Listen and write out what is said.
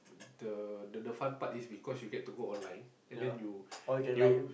the the the fun part is because you get to go online and then you you